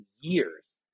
years